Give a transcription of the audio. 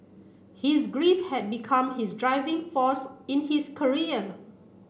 his grief had become his driving force in his career